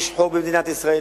יש חוק במדינת ישראל,